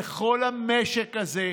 לכל המשק הזה,